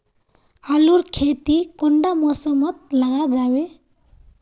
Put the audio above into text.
आलूर खेती कुंडा मौसम मोत लगा जाबे?